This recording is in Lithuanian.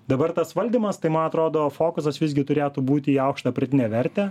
dabar tas valdymas tai man atrodo fokusas visgi turėtų būti į aukštą pridėtinę vertę